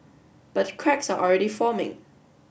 but cracks are already forming